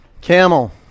Camel